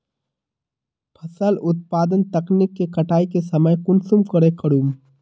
फसल उत्पादन तकनीक के कटाई के समय कुंसम करे करूम?